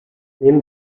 neben